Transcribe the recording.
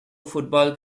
football